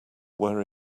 were